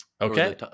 Okay